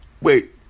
wait